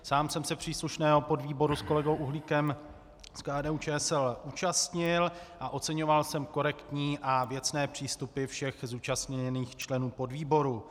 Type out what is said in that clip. Sám jsem se příslušného podvýboru s kolegou Uhlíkem z KDUČSL účastnil a oceňoval jsem korektní a věcné přístupy všech zúčastněných členů podvýboru.